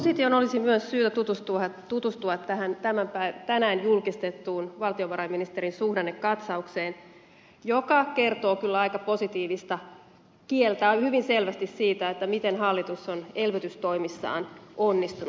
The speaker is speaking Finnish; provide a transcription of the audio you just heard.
opposition olisi myös syytä tutustua tähän tänään julkistettuun valtiovarainministeriön suhdannekatsaukseen joka kertoo kyllä aika positiivista kieltä hyvin selvästi siitä miten hallitus on elvytystoimissaan onnistunut